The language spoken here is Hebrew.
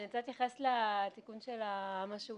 אני רוצה להתייחס לתיקון שמוצע